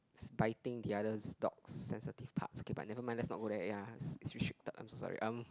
is biting the other's dog's sensitive parts okay but never mind let's not go there ya it's restricted I'm so sorry um